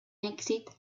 èxit